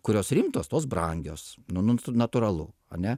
kurios rimtos tos brangios nu natūralu ane